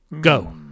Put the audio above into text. Go